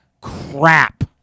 crap